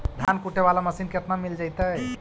धान कुटे बाला मशीन केतना में मिल जइतै?